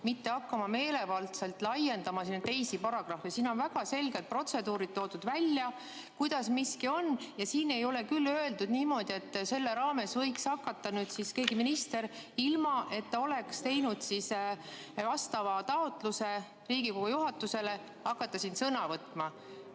mitte hakkama meelevaldselt laiendama sinna juurde teisi paragrahve. Siin on väga selged protseduurid toodud välja, kuidas miski on, ja siin ei ole küll öeldud niimoodi, et selle raames võiks hakata keegi minister, ilma et ta oleks teinud vastava taotluse Riigikogu juhatusele, siin sõna võtma.